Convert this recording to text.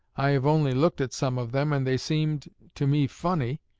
i have only looked at some of them, and they seemed to me funny